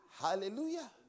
Hallelujah